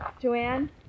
Joanne